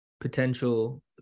potential